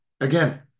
again